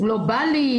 לא בא לי,